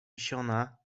roztrzęsiona